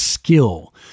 Skill